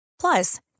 Plus